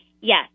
yes